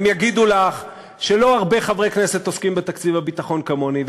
והם יגידו לך שלא הרבה חברי כנסת עוסקים בתקציב הביטחון כמוני,